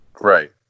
Right